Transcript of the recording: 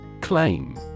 Claim